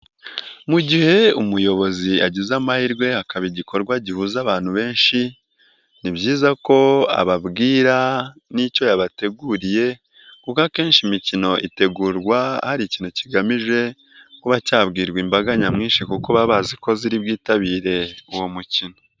Mu gihe umuyobozi agize amahirwe hakaba igikorwa gihuza abantu benshi, ni byiza ko ababwira n'icyo yabateguriye kuko akenshi imikino itegurwa hari ikintu kigamije kuba cyabwirwa imbaga nyamwinshi kuko baba bazi ko ziri bwitabire uwo mukino.